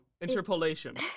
interpolation